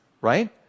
right